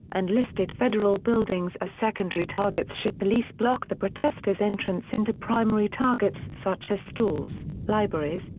and listed federal buildings as secondary targets should police block the protesters' entrance into primary targets such as stores, libraries,